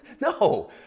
No